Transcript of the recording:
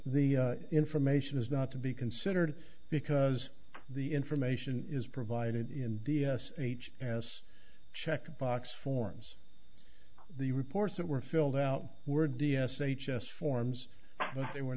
the information is not to be considered because the information is provided in the s h s checkbox forms the reports that were filled out were d s h s forms they were